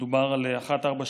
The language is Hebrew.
מדובר על בג"ץ 148,